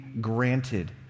granted